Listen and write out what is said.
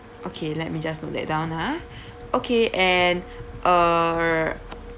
okay let me just note that down ah okay and err